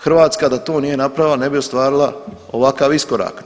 Hrvatska da to nije napravila ne bi ostvarila ovakav iskorak.